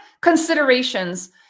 considerations